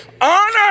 Honor